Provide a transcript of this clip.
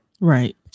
Right